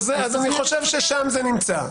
אני חושב ששם זה נמצא.